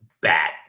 Bad